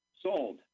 sold